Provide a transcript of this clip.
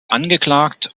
angeklagt